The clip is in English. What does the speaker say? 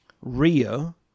Rio